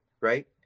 right